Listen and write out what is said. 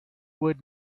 would